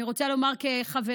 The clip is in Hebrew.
אני רוצה לומר כחברה